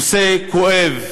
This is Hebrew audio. נושא כואב,